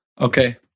Okay